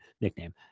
nickname